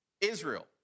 Israel